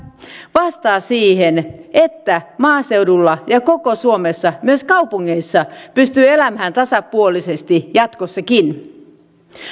vastaa siihen että maaseudulla ja koko suomessa myös kaupungeissa pystyy elämään tasapuolisesti jatkossakin